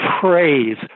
praise